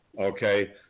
Okay